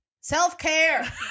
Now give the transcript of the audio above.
self-care